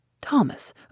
Thomas